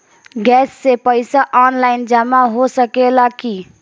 Gas के पइसा online जमा हो सकेला की?